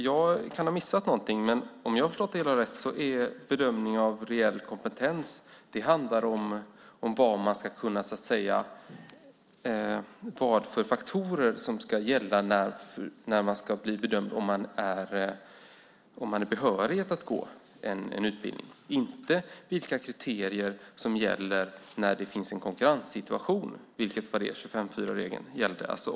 Jag kan ha missat någonting, men om jag har förstått det hela rätt handlar bedömning av reell kompetens om vilka faktorer som ska gälla när man blir bedömd när det gäller om man har behörighet att gå en utbildning. Det handlar inte om vilka kriterier som gäller när det finns en konkurrenssituation, vilket var vad 25:4-regeln gällde.